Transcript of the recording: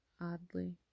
Oddly